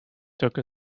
took